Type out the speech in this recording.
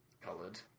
colored